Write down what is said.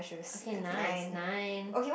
okay nice nine